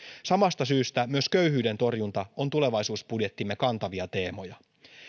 samasta syystä myös köyhyyden torjunta on tulevaisuusbudjettimme kantavia teemoja